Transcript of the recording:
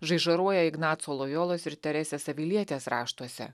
žaižaruoja ignaco lojolos ir teresės avilietės raštuose